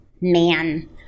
man